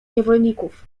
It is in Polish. niewolników